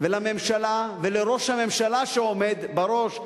ולממשלה ולראש הממשלה שעומד בראש,